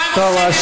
טוב.